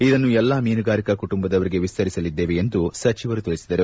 ಇದನ್ನು ಎಲ್ಲ ಮೀನುಗಾರಿಕಾ ಕುಟುಂಬದವರಿಗೆ ವಿಸ್ತರಿಸಲಿದ್ದೇವೆ ಎಂದು ಸಚಿವರು ತಿಳಿಸಿದರು